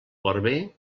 barber